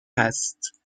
است